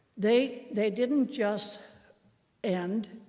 they they didn't just and